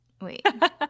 Wait